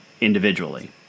individually